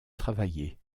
travailler